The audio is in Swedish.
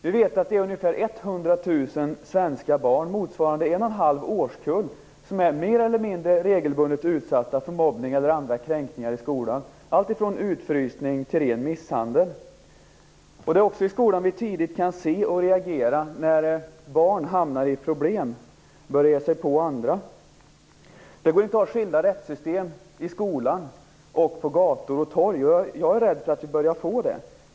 Vi vet att ungefär 100 000 svenska barn, motsvarande en och en halv årskull, är mer eller mindre regelbundet utsatta för mobbning eller andra kränkningar i skolan, alltifrån utfrysning till ren misshandel. Det är också i skolan vi tidigt kan se och reagera när barn får problem och börjar ge sig på andra. Det går inte att ha skilda rättssystem i skolan och på gator och torg. Jag är rädd för att vi börjar få det.